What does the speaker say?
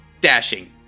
dashing